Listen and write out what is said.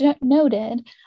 noted